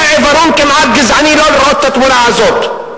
זה עיוורון כמעט גזעני לא לראות את התמונה הזאת.